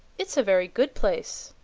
it's a very good place.